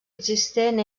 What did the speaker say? existent